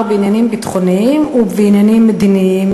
בעניינים ביטחוניים ובעניינים מדיניים,